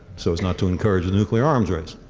so as not to encourage a nuclear arms race.